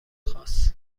خواست